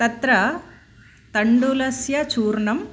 तत्र तण्डुलस्यचूर्णम्